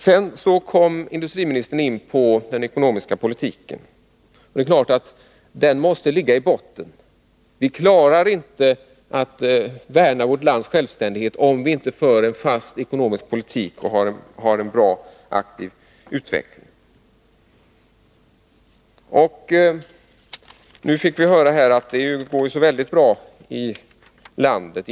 Sedan kommer industriministern in på den ekonomiska politiken. Det är klart att denna måste ligga i botten. Vi klarar dåligt att värna vårt lands självständighet, om vi inte för en fast ekonomisk politik och har en bra aktiv utveckling. Nu fick vi ju höra att det går så väldigt bra här i landet.